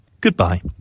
Goodbye